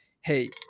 hey